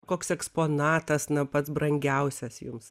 koks eksponatas na pats brangiausias jums